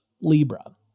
Libra